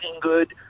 good